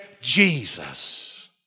Jesus